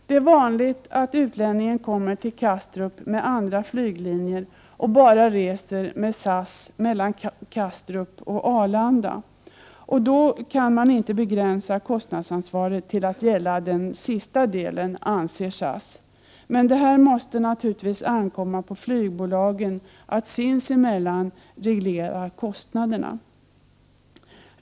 Det är vanligt att utlänningen kommer till Kastrup med andra Ett annat allvarligt problem med dokumentlösheten är att vi i Sverige får så Ny utlänningslag, änder SANNE NRA öde AE många människor som saknar identitet. Vi vet inte vilka de är, vi vet inte flyglinjer och bara reser med SAS mellan Kastrup och Arlanda, och då kan — Prot. 1988/89:125 man inte begränsa kostnadsansvaret till att gälla den sista delen av resan, 31 maj 1989 anser SAS. Men det måste naturligtvis ankomma på flygbolagen att sinsemellan reglera kostnaderna.